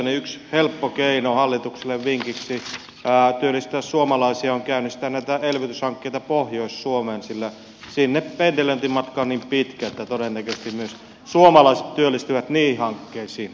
yksi helppo keino hallitukselle vinkiksi työllistää suomalaisia on käynnistää näitä elvytyshankkeita pohjois suomeen sillä sinne pendelöintimatka on niin pitkä että todennäköisesti myös suomalaiset työllistyvät niihin hankkeisiin